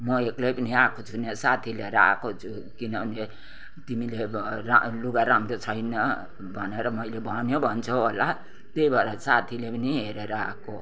म एक्लै पनि आएको छुइनँ साथी लिएर आएको छु किनभने तिमीले लुगा राम्रो छैन भनेर मैले भन्यो भन्छौ होला त्यही भएर साथीले पनि हेरेर आएको